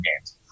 games